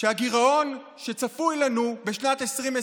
שהגירעון שצפוי לנו בשנת 2020,